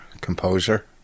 composer